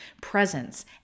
presence